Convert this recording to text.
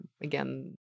again